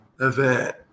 event